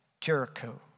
Jericho